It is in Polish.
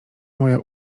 moja